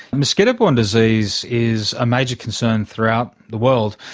mosquito borne disease is a major concern throughout the world.